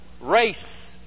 race